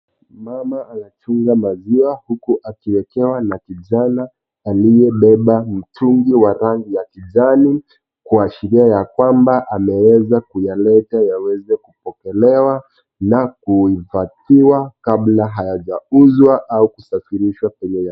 Mama anachunga maziwa huku akiwekewa na kijana aliyebeba mitungi ya rangi ya kijani kuashiria ya kwamba ameweza kuyaleta yaweza kupokelewa na kuhifadhiwa kabla hayajakuzwa au kusafirishwa dunia.